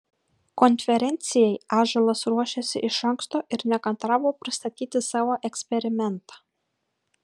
konferencijai ąžuolas ruošėsi iš anksto ir nekantravo pristatyti savo eksperimentą